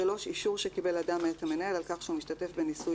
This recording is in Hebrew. אישור שקיבל אדם מאת המנהל על כך שהוא משתתף בניסוי